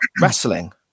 wrestling